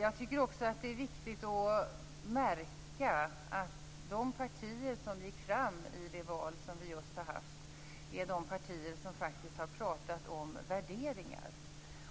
Jag tycker också att det är viktigt att märka att de partier som gick fram i det val som vi just har haft är de partier som har pratat om värderingar.